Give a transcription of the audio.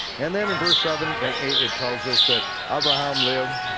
and then in verse seven and eight it tells us that abraham lived